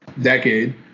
decade